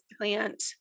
plant